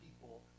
people